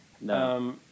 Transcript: No